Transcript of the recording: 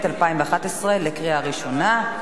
התשע"ב 2011, קריאה ראשונה.